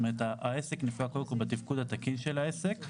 העסק נפגע בתפקוד התקין של העסק,